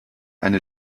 eine